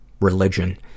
religion